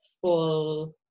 full